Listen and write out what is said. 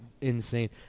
insane